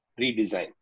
redesign